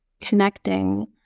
connecting